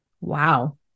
Wow